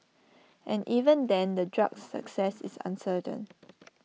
and even then the drug's success is uncertain